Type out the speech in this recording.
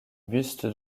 buste